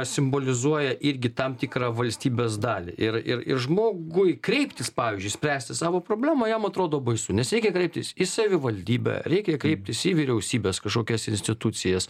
simbolizuoja irgi tam tikrą valstybės dalį ir ir ir žmogui kreiptis pavyzdžiui spręsti savo problemą jam atrodo baisu nes reikia kreiptis į savivaldybę reikia kreiptis į vyriausybės kažkokias institucijas